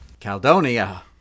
Caldonia